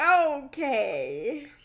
Okay